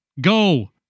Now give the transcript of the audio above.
Go